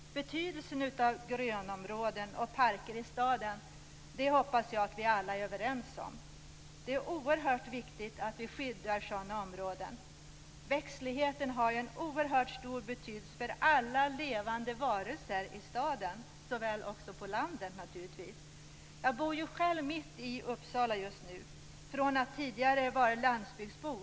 Jag hoppas att vi alla är överens om betydelsen av grönområden och parker i staden. Det är oerhört viktigt att vi skyddar sådana områden. Växtligheten har en oerhört stor betydelse för alla levande varelser i staden såväl som på landet. Jag bor själv mitt i Uppsala just nu. Tidigare har jag varit landsbygdsbo.